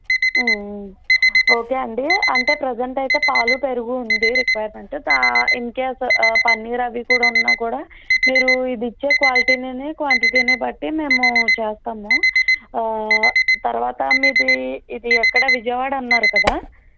okay అండి అంటే present అయితే పాలు పెరుగు ఉంది రిక్వైర్మెంట్ దా ఇన్కేస్ పన్నీర్ అవి కూడా ఉన్నా కూడా మీరు ఇది ఇచ్చే క్వాలిటీని క్వాంటిటీని బట్టి మేము చేస్తాము తరువాత మీది ఇది ఎక్కడ విజయవాడ అన్నారు కదా